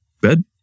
bed